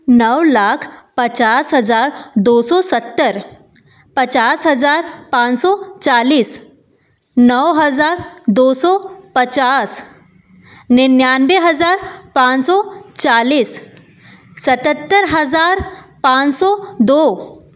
नौ लाख पचास हज़ार दो सौ सत्तर पचास हज़ार पाँच सौ चालीस नौ हज़ार दो सौ पचास निन्यानवे हज़ार पाँच सौ चालीस सतहत्तर हज़ार पाँच सौ दो